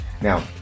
Now